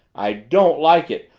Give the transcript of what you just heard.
i don't like it!